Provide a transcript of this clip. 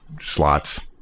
slots